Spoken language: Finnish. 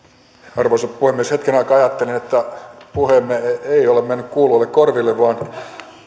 arvoisa puhemies hetken aikaa ajattelin että puheemme ei ole mennyt kuuroille korville vaan